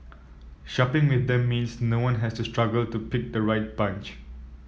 shopping with them means no one has to struggle to pick the right bunch